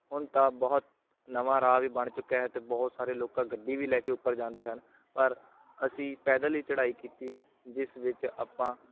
ਹੁਣ ਤਾਂ ਬਹੁਤ ਨਵਾਂ ਰਾਹ ਵੀ ਬਣ ਚੁੱਕਿਆ ਹੈ ਅਤੇ ਬਹੁਤ ਸਾਰੇ ਲੋਕ ਗੱਡੀ ਵੀ ਲੈ ਕੇ ਉੱਪਰ ਜਾਂਦੇ ਹਨ ਪਰ ਅਸੀਂ ਪੈਦਲ ਹੀ ਚੜ੍ਹਾਈ ਕੀਤੀ ਜਿਸ ਵਿੱਚ ਆਪਾਂ